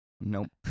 Nope